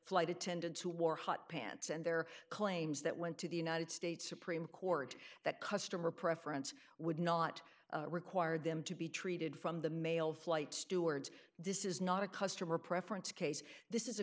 flight attendants who wore hot pants and their claims that went to the united states supreme court that customer preference would not require them to be treated from the male flight steward's this is not a customer preference case this is a